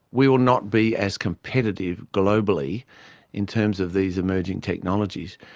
we will not be as competitive globally in terms of these emerging technologies.